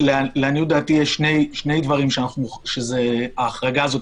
לעניות דעתי יש שני דברים שההחרגה הזאת